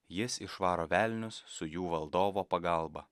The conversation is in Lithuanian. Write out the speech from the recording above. jis išvaro velnius su jų valdovo pagalba